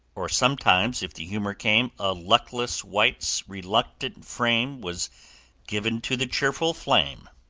or sometimes, if the humor came, a luckless wight's reluctant frame was given to the cheerful flame.